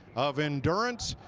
of endurance,